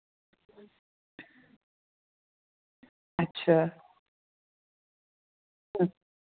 अच्छा